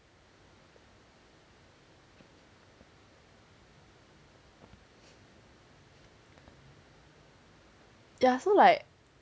ya so like